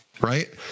right